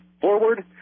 forward